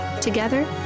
Together